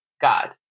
God